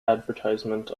advertisement